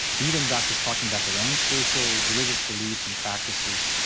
even doctors talking about their own spiritual religious beliefs and practices.